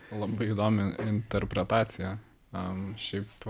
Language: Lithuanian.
labai įdomi interpretacija a šiaip